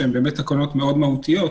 שהן באמת תקנות מאוד מהותיות,